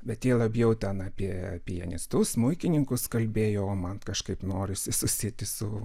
bet jie labiau ten apie pianistus smuikininkus kalbėjo o man kažkaip norisi susieti su